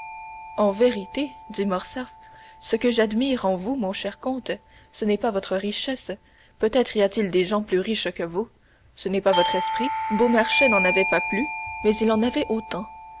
en vérité dit morcerf ce que j'admire en vous mon cher comte ce n'est pas votre richesse peut-être y a-t-il des gens plus riches que vous ce n'est pas votre esprit beaumarchais n'en avait pas plus mais il en avait autant